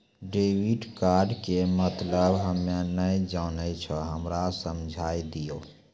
Debit card के मतलब हम्मे नैय जानै छौ हमरा समझाय दियौ?